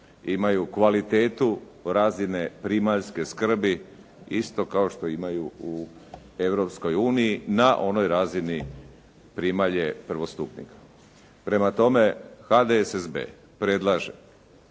imaju kvalitetu razine primaljske skrbi isto kao što imaju u Europskoj uniji na onoj razini primalje prvostupnika. Prema tome HDSSB predlaže